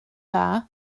dda